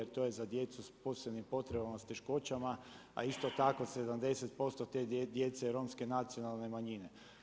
To je za djecu s posebnim potrebama s teškoćama, a isto tako 70% te djece je romske nacionalne manjine.